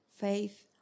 faith